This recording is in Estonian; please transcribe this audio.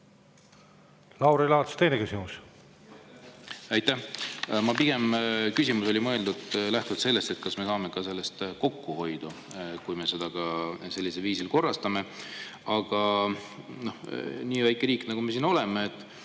Lauri Laats, teine küsimus.